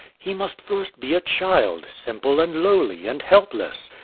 he must first be a child, simple, and lowly, and helpless.